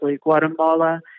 Guatemala